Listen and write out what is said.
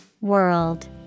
World